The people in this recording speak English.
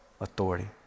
authority